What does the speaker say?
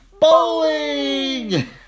Bowling